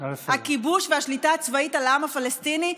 הכיבוש והשליטה הצבאית על העם הפלסטיני,